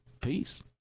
peace